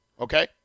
Okay